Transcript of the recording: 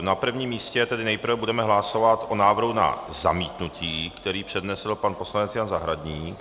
Na prvním místě, tedy nejprve, budeme hlasovat o návrhu na zamítnutí, který přednesl pan poslanec Jan Zahradník.